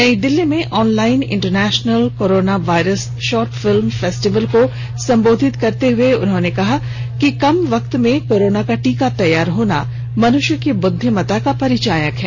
नई दिल्ली में online international corona virus short film festival को संबोधित करते हुए उन्होंने कहा कि कम वक्त में कोरोना का टीका तैयार होना मनुष्य की बुद्धिमता का परिचायक है